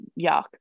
yuck